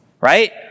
Right